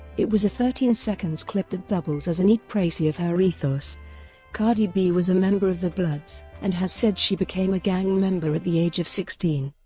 it was a thirteen second clip that doubles as a neat precis of her ethos cardi b was a member of the bloods, and has said she became a gang member at the age of sixteen.